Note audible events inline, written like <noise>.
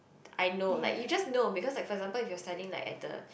<noise> I know like you just know because like for example if you're studying like at the